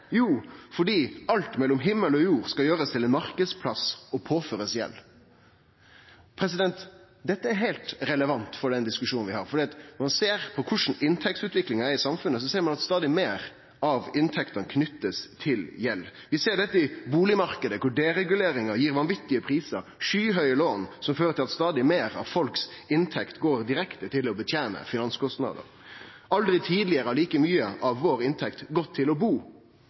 Jo, det skjer fordi alt mellom himmel og jord skal bli gjort til ein marknadsplass og bli påført gjeld. Dette er heilt relevant for den diskusjonen vi har, for når ein ser på korleis inntektsutviklinga er i samfunnet, ser ein at stadig meir av inntektene blir knytte til gjeld. Vi ser dette i bustadmarknaden, der dereguleringa gir vanvitige prisar og skyhøge lån som fører til at stadig meir av inntekta til folk går direkte til å betene finanskostnader. Aldri tidlegare har like mykje av inntekta vår gått til å bu,